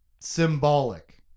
symbolic